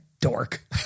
dork